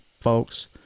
folks